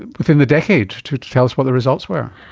within the decade to to tell us what the results were.